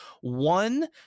one